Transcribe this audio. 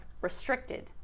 restricted